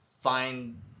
find